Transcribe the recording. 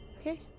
Okay